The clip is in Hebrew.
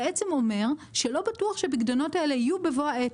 בעצם אומר שלא בטוח שהפיקדונות האלה יהיו בבוא העת.